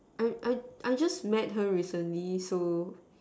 I I I just met her recently so